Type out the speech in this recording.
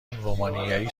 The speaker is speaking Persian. رومانیایی